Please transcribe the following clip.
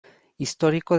histórico